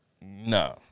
no